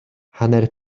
hanner